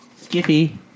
Skippy